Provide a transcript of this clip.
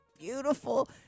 beautiful